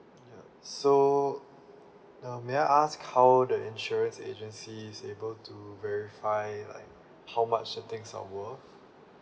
ya so now may I ask how the insurance agency able to verify like how much the things are worth